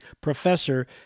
professor